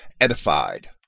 edified